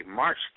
March